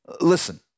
Listen